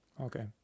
Okay